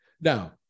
Now